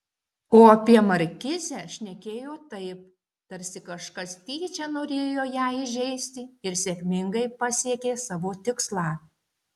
o apie markizę šnekėjo taip tarsi kažkas tyčia norėjo ją įžeisti ir sėkmingai pasiekė savo tikslą